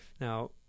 now